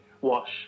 wash